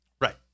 Right